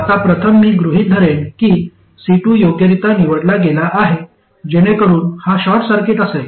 आता प्रथम मी गृहित धरेन की C2 योग्यरित्या निवडला गेला आहे जेणेकरून हा शॉर्ट सर्किट असेल